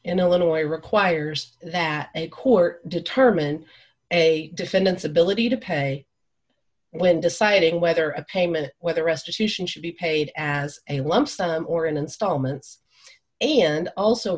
in illinois requires that a court determine a defendant's ability to pay when deciding whether a payment whether restitution should be paid as a lump sum or in installments and also